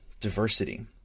diversity